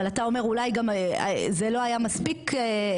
אבל אתה אומר אולי גם זה לא היה מספיק ברור,